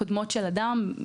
קודמות של אדם,